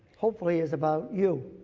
hopefully, is about you.